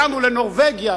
הגענו לנורבגיה,